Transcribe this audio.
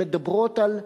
שמדברות על הגעגועים,